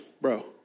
Bro